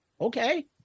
Okay